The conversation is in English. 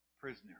prisoner